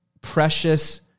precious